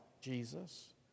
Jesus